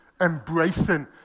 embracing